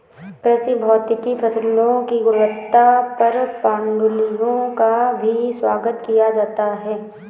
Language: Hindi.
कृषि भौतिकी फसलों की गुणवत्ता पर पाण्डुलिपियों का भी स्वागत किया जाता है